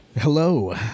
Hello